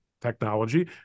technology